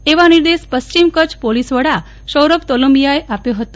એવા નિર્દેશ પ્રશ્ચિમ કરછ પોલીશ વડા સૌરભ તોલબીયા એ આપ્યો હતો